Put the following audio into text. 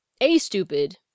a-stupid-